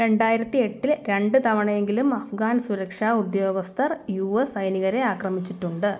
രണ്ടായിരത്തി എട്ടിൽ രണ്ട് തവണയെങ്കിലും അഫ്ഗാൻ സുരക്ഷാ ഉദ്യോഗസ്ഥർ യു എസ് സൈനികരെ ആക്രമിച്ചിട്ടുണ്ട്